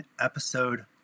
Episode